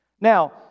Now